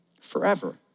forever